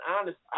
honest